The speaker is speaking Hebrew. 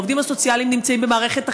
העובדים הסוציאליים נמצאים במערכת החינוך,